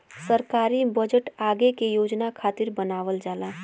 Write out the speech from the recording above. सरकारी बजट आगे के योजना खातिर बनावल जाला